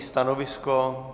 Stanovisko?